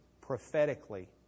prophetically